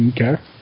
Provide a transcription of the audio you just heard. Okay